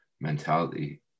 mentality